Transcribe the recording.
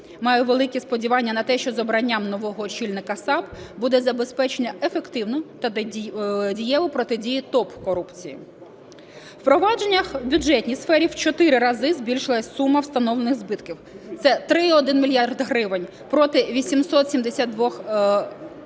Маю великі сподівання на те, що з обранням нового очільника САП буде забезпечено ефективну та дієву протидію топ-корупції. В провадження у бюджетній сфері в 4 рази збільшилась сума встановлених збитків: це 3,1 мільярд гривень проти 872 гривень